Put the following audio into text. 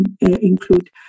include